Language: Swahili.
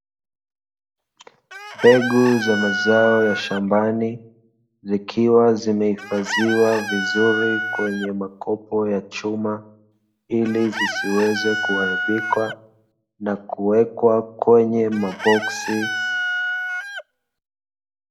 Mbegu za mazao ya shambani, zikiwa zimehifadhiwa vizuri kwenye makopo ya chuma, ili zisiweze kuharibika na kuwekwa kwenye maboksi.